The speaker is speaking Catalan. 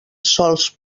sols